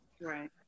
right